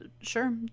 Sure